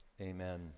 amen